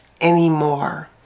anymore